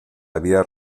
había